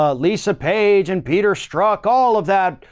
ah lisa page and peter struck all of that.